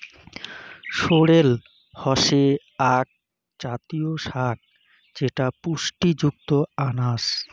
sorrel হসে আক জাতীয় শাক যেটা পুষ্টিযুক্ত আনাজ